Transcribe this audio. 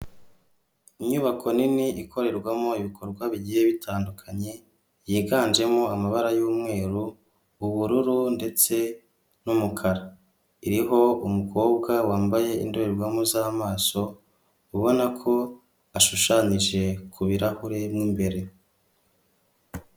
Inyubako nini ikorerwamo ibikorwa bigiye bitandukanye, yiganjemo amabara y'umweru ubururu ndetse n'umukara, iriho umukobwa wambaye indorerwamo z'amaso ubona ko ashushanyije ku birahure mo imbere.